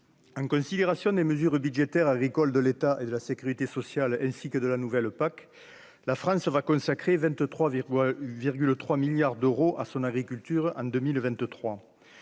en considération des mesures budgétaires agricole de l'État et de la sécurité sociale, ainsi que de la nouvelle PAC, la France va consacrer 23 virgule 3 milliards d'euros à son agriculture en 2023